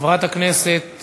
חברת הכנסת